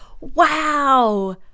Wow